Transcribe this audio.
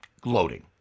gloating